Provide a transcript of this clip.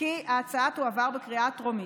כי ההצעה תועבר בקריאה הטרומית,